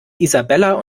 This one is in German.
isabella